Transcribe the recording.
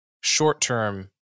short-term